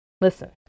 Listen